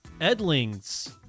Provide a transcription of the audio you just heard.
Edlings